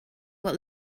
what